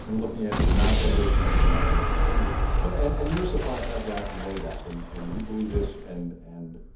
and looking at it it is and not-traditional demand stimulus but and and you're a supply-side guy from way back, and and you believe this and and